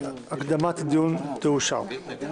הבקשה להקדמת הדיון בהצעת